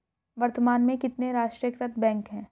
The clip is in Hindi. वर्तमान में कितने राष्ट्रीयकृत बैंक है?